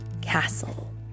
castle